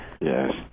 Yes